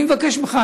אני מבקש ממך,